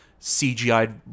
CGI